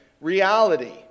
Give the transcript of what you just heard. reality